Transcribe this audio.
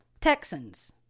Texans